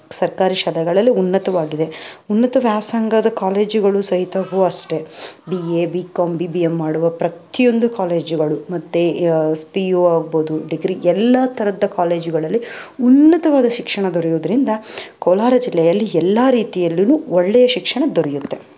ಸರ್ಕಾರಿ ಶಾಲೆಗಳಲ್ಲೂ ಉನ್ನತವಾಗಿದೆ ಉನ್ನತ ವ್ಯಾಸಂಗದ ಕಾಲೇಜುಗಳು ಸಹಿತವೂ ಅಷ್ಟೆ B A B com B B M ಮಾಡುವ ಪ್ರತಿಯೊಂದು ಕಾಲೇಜುಗಳು ಮತ್ತು ಪಿ ಯು ಆಗ್ಬೋದು ಡಿಗ್ರಿ ಎಲ್ಲ ಥರದ ಕಾಲೇಜುಗಳಲ್ಲಿ ಉನ್ನತವಾದ ಶಿಕ್ಷಣ ದೊರೆಯೋದ್ರಿಂದ ಕೋಲಾರ ಜಿಲ್ಲೆಯಲ್ಲಿ ಎಲ್ಲ ರೀತಿಯಲ್ಲು ಒಳ್ಳೆಯ ಶಿಕ್ಷಣ ದೊರೆಯುತ್ತೆ